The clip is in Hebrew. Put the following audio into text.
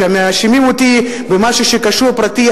כשמאשימים אותי במשהו שקשור לפרטי,